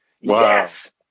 yes